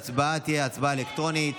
ההצבעה תהיה הצבעה אלקטרונית.